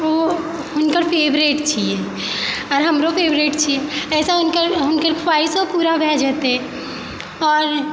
ओ हुनकर फेवरेट छियै आओर हमरो फेवरेट छियै एहिसँ हुनकर ख्वाहिसो पूरा भै जेतय आओर